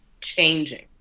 changing